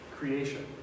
creation